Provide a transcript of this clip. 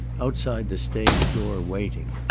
outside the stage door waiting,